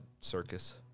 circus